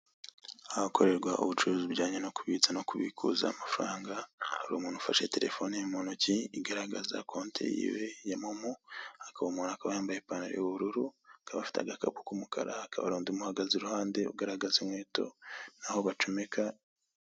Ahakorerwa ubucuruzi bujyanye no kubitsa no kubikuza amafaranga hari umuntu ufashe telefone mu ntoki igaragaza konte yiwe ya momo uwo muntu akaba yambaye ipantaro y'ubururu akaba afite agakapu k'umukara hakaba hari n'undi umuhagaze iruhande ugaragaza inkweto naho bacomeka.